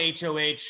hoh